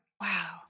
Wow